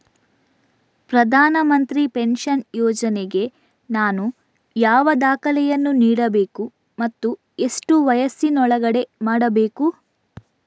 ಪ್ರಧಾನ ಮಂತ್ರಿ ಪೆನ್ಷನ್ ಯೋಜನೆಗೆ ನಾನು ಯಾವ ದಾಖಲೆಯನ್ನು ನೀಡಬೇಕು ಮತ್ತು ಎಷ್ಟು ವಯಸ್ಸಿನೊಳಗೆ ಮಾಡಬೇಕು?